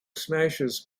smashes